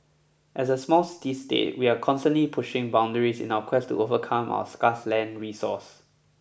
as a small city state we are constantly pushing boundaries in our quest to overcome our scarce land resource